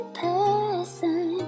person